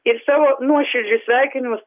ir savo nuoširdžius sveikinimus